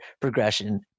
progression